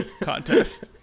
contest